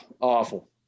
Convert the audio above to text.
awful